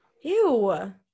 Ew